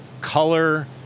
color